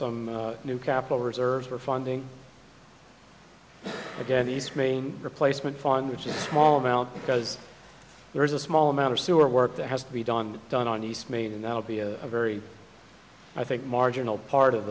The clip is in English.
some new capital reserves we're funding again east maine replacement fund which is a small amount because there is a small amount of sewer work that has to be done done on east mean that would be a very i think marginal part of